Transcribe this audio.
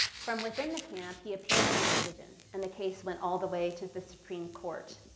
from within the camp, he appealed his decision and the case went all the way to the supreme court.